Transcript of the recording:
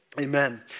amen